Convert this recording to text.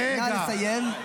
נא לסיים.